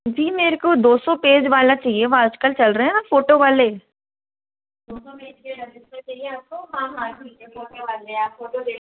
जी मेरे को दो सौ पेज़ वाला चाहिए वो आजकल चल रहे हैं फोटो वाले दो सौ पेज़ के रजिस्टर चाहिए हमको हाँ हाँ ठीक है फोटो वाले आप फोटो